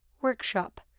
workshop